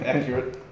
Accurate